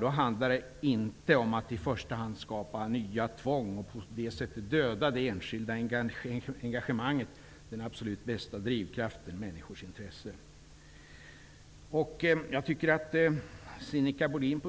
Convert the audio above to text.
Det handlar då inte om att i första hand skapa nya tvång och därmed döda det enskilda engagemanget -- den absolut bästa drivkraften. Sinikka Bohlin